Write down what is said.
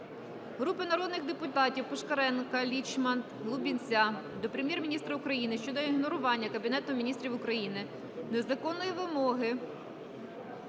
Групи народних депутатів (Пушкаренка, Лічман, Лубінця) до Прем'єр-міністра України щодо ігнорування Кабінетом Міністрів України законної вимоги